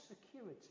security